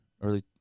early